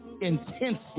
intensely